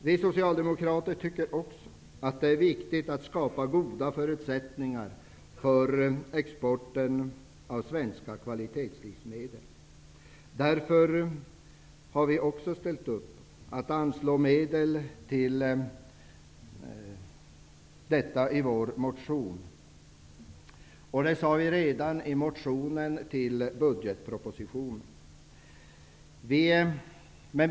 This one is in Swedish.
Vi socialdemokrater tycker också att det är viktigt att skapa goda förutsättningar för exporten av svenska kvalitetslivsmedel. Därför har vi också ställt upp och anslår medel till detta i vår motion. Det sade vi redan i motionen med anledning av budgetpropositionen.